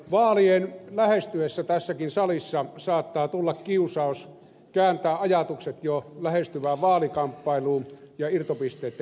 vaalien lähestyessä tässäkin salissa saattaa tulla kiusaus kääntää ajatukset jo lähestyvään vaalikamppailuun ja irtopisteitten keräämiseen